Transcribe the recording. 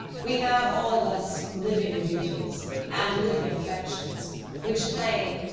we have all of us living duties and living affections which claim,